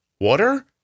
water